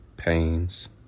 Pains